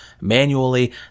manually